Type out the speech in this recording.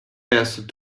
best